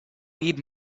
need